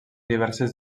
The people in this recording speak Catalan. diverses